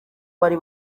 bari